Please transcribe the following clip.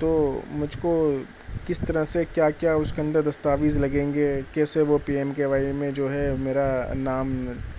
تو مجھ کو کس طرح سے کیا کیا اس کے اندر دستاویز لگیں گے کیسے وہ پی ایم کے وائی میں جو ہے میرا نام